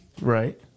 Right